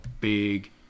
big